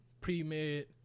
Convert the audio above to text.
pre-med